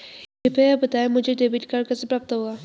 कृपया बताएँ मुझे डेबिट कार्ड कैसे प्राप्त होगा?